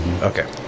Okay